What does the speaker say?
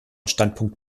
standpunkt